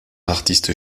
artiste